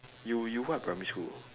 you you what primary school